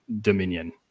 dominion